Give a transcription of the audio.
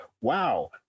wow